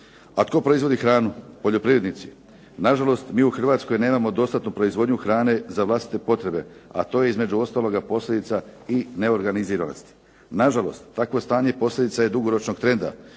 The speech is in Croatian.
A tko proizvodi hranu? Poljoprivrednici. Nažalost mi u Hrvatskoj nemamo dostatnu proizvodnju hrane za vlastite potrebe a to je između ostaloga posljedica i neorganiziranosti. Nažalost, takvo stanje posljedica je dugoročnog trenda.